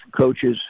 coaches